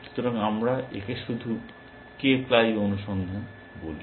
সুতরাং আমরা একে শুধু k প্লাই অনুসন্ধান বলি